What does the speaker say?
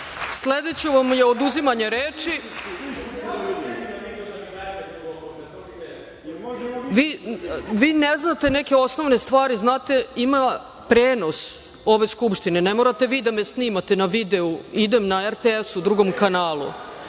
dve. Sledeća vam je oduzimanje reči. Vi ne znate neke osnovne stvari. Znate, ima prenos ove Skupštine. Ne morate vi da me snimate na videu. Idem na RTS-u, na